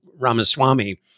Ramaswamy